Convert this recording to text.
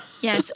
Yes